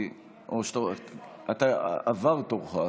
עבר תורך.